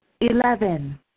Eleven